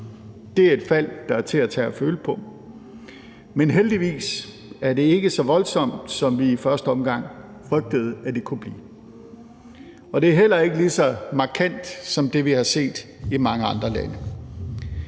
Det er et fald, der er til at tage at føle på. Men heldigvis er det ikke så voldsomt, som vi i første omgang frygtede at det kunne blive. Og det er heller ikke lige så markant som det, vi har set i mange andre lande.